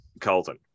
Colton